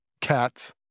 Cats